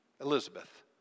Elizabeth